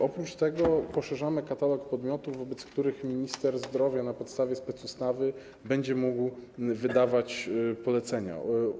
Oprócz tego poszerzamy katalog podmiotów, którym minister zdrowia na podstawie specustawy będzie mógł wydawać polecenia.